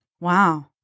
Wow